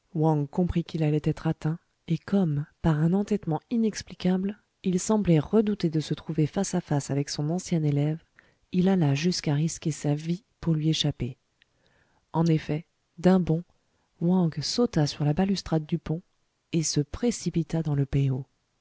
comprit qu'il allait être atteint et comme par un entêtement inexplicable il semblait redouter de se trouver face à face avec son ancien élève il alla jusqu'à risquer sa vie pour lui échapper en effet d'un bond wang sauta sur la balustrade du pont et se précipita dans le